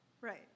right